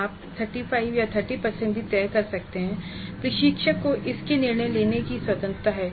आप 35 या 30 प्रतिशत भी तय कर सकते है प्रशिक्षक को इस के लिए निर्णय लेने की स्वतंत्रता है